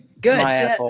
Good